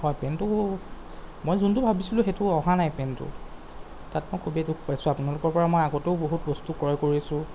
হয় পেণ্টটো মই যোনটো ভাবিছিলোঁ সেইটো অহা নাই পেণ্টটো তাত মই খুবেই দুখ পাইছোঁ আপোনালোকৰপৰা মই আগেতেও বহুত বস্তু ক্ৰয় কৰিছোঁ